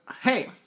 hey